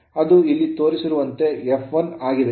ಅದು ಇಲ್ಲಿ ತೋರಿಸಿರುವಂತೆ F1 ಆಗಿದೆ